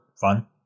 fun